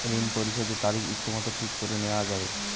ঋণ পরিশোধের তারিখ ইচ্ছামত ঠিক করে নেওয়া যাবে?